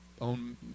own